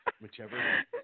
whichever